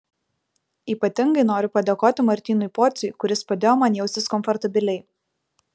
ypatingai noriu padėkoti martynui pociui kuris padėjo man jaustis komfortabiliai